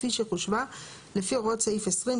כפי שחושבה לפי הוראות סעיף 20,